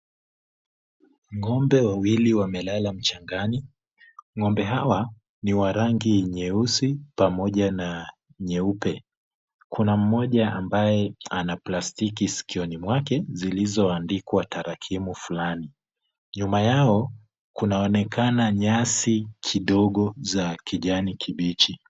Ng'ombe wawili wamelala mchangani, ng'ombe hawa ni wa rangi nyeusi pamoja na nyeupe. Kuna mmoja ambaye ana plastiki sikioni mwake zilizoandikwa tarakimu fulani. Nyuma yao kunaonekana nyasi kidogo za kijani kibichi.